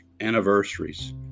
anniversaries